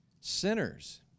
sinners